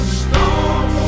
storm